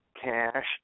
cash